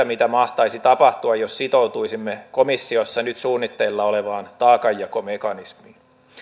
mitä mahtaisi tapahtua jos sitoutuisimme komissiossa nyt suunnitteilla olevaan taakanjakomekanismiin